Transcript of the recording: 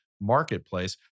Marketplace